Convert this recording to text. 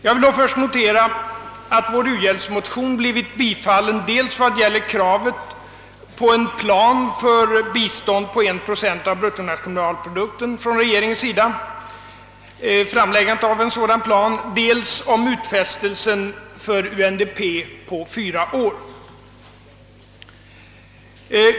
Jag vill då först notera att vår u-hjälpsmotion blivit bifallen vad gäller dels kravet på att regeringen skall framlägga en plan för bistånd med en procent av bruttonationalprodukten, dels utfästelse för UNDP på fyra år.